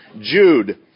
Jude